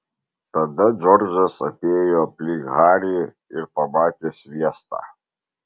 tada džordžas apėjo aplink harį ir pamatė sviestą